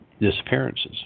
disappearances